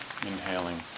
inhaling